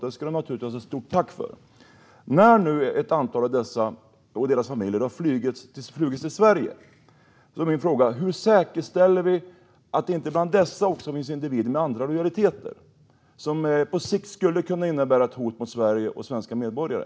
Detta ska de naturligtvis ha ett stort tack för. När nu ett antal av dessa och deras familjer har flugits till Sverige är min fråga: Hur säkerställer vi att det inte bland dessa också finns individer med andra lojaliteter, som på sikt skulle kunna innebära ett hot mot Sverige och svenska medborgare?